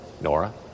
Nora